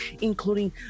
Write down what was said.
including